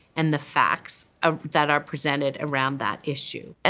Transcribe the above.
and the facts ah that are presented around that issue. and